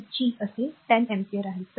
तर G असे i 10 ampere आहे